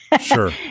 Sure